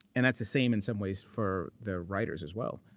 and that's the same in some ways for the writers as well.